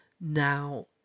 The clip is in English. now